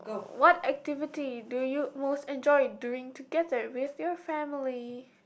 what activity do you most enjoy doing together with your family